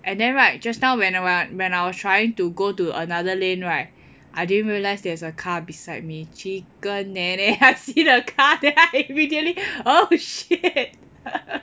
and then right just now when I was when I was trying to go to another lane right I didn't realise there's a car beside me chicken neh-neh I see the car then I immediately oh shit